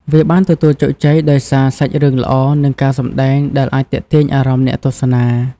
វាបានទទួលជោគជ័យដោយសារសាច់រឿងល្អ និងការសម្ដែងដែលអាចទាក់ទាញអារម្មណ៍អ្នកទស្សនា។